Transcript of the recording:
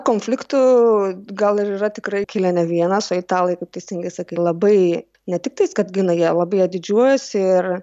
konfliktų gal ir yra tikrai kilę ne vienas o italai kaip teisingai sakai labai ne tik tais kad gina ją labai ja didžiuojasi ir